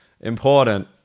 Important